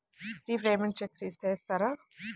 Repayments check చేస్తారా?